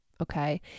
okay